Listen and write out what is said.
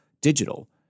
digital